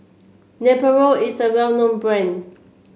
Nepro is a well known brand